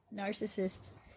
narcissists